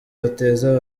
bateza